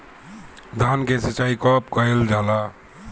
धान के सिचाई कब कब कएल जाला?